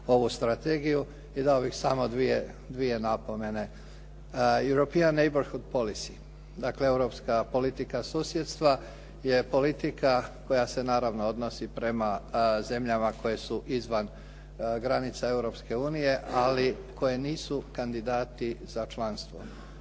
i dao bih samo dvije napomene. Europian Neighbourhood Policy, dakle europska politika susjedstva je politika koja se naravno odnosi prema zemljama koje su izvan granica Europske unije, ali koje nisu kandidati za članstvo.